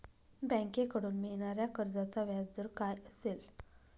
बँकेकडून मिळणाऱ्या कर्जाचा व्याजदर काय असेल?